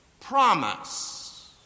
promise